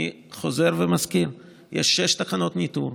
אני חוזר ומזכיר שיש שש תחנות ניטור.